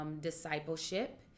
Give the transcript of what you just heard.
discipleship